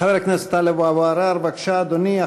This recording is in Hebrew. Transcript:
חבר הכנסת טלב אבו עראר, בבקשה, אדוני.